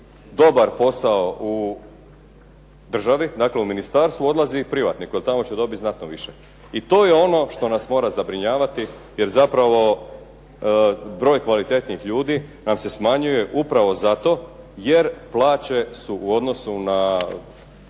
dobar posao u državi, dakle u ministarstvu odlazi privatniku jer tamo će dobit znatno više. I to je ono što nas mora zabrinjavati jer zapravo broj kvalitetnih ljudi nam se smanjuje upravo zato jer plaće su u odnosu na